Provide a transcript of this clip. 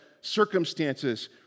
circumstances